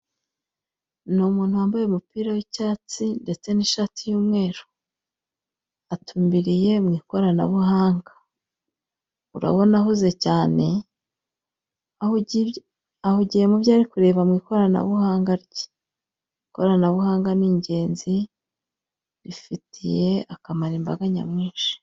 Ni umuntu wambaye umupira w'icyatsi ndetse n'ishati y'umweru, atumbiriye mu ikoranabuhanga, urabona ahuze cyane, ahugiye mu byo ari kureba mu ikoranabuhanga rye, ikoranabuhanga ni ingenzi rifitiye akamaro imbaga nyamwinshi.